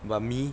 but me